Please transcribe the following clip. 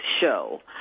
show